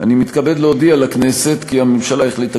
אני מתכבד להודיע לכנסת כי הממשלה החליטה